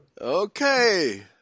Okay